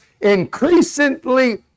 increasingly